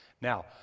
Now